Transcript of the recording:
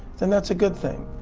then that's a good thing.